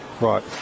right